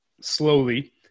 slowly